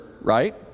right